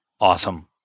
Awesome